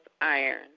iron